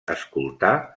escoltar